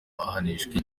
ahanishwa